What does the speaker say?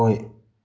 ꯍꯣꯏ